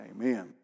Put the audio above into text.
Amen